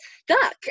stuck